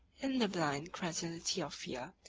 in the blind credulity of fear,